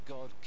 God